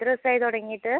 എത്ര ദിവസമായി തുടങ്ങീട്ട്